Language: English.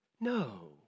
No